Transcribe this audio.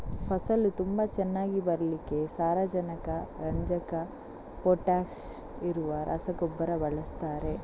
ಫಸಲು ತುಂಬಾ ಚೆನ್ನಾಗಿ ಬರ್ಲಿಕ್ಕೆ ಸಾರಜನಕ, ರಂಜಕ, ಪೊಟಾಷ್ ಇರುವ ರಸಗೊಬ್ಬರ ಬಳಸ್ತಾರೆ